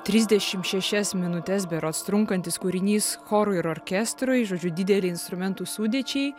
trisdešim šešias minutes berods trunkantis kūrinys chorui ir orkestrui žodžiu dideliai instrumentų sudėčiai